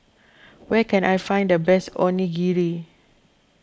where can I find the best Onigiri